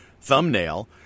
thumbnail